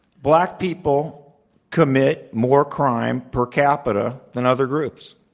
black people commit more crime per capita than other groups.